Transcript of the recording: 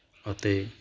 ਅਤੇ